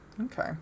Okay